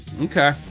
Okay